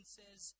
says